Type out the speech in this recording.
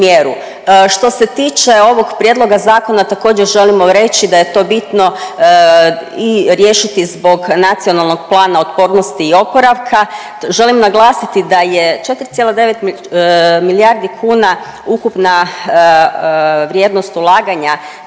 Što se tiče ovog prijedloga zakona također želimo reći da je to bitno i riješiti zbog NPOO-a, želim naglasiti da je 4,9 milijardi kuna ukupna vrijednost ulaganja,